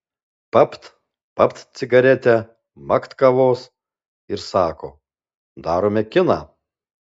papt papt cigaretę makt kavos ir sako darome kiną